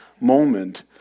moment